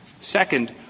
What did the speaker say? Second